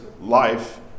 life